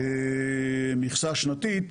מכסה שנתית,